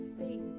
faith